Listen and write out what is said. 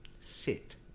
sit